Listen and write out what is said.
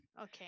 Okay